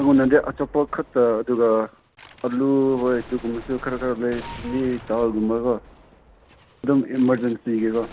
ꯑꯩꯉꯣꯟꯗꯗꯤ ꯑꯆꯥꯄꯣꯠ ꯈꯛꯇ ꯑꯗꯨꯒ ꯑꯥꯂꯨ ꯍꯣꯏ ꯑꯗꯨꯒꯨꯝꯕꯁꯨ ꯈꯔ ꯈꯔ ꯂꯩ ꯆꯤꯅꯤ ꯊꯥꯎꯒꯨꯝꯕꯀꯣ ꯑꯗꯨꯝ ꯏꯃꯥꯔꯖꯦꯟꯁꯤꯒꯤꯀꯣ